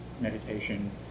meditation